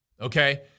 Okay